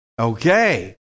Okay